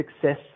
success